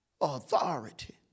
authority